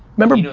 remember,